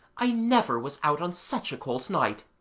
i never was out on such a cold night